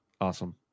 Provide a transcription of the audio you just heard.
awesome